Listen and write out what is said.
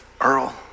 Earl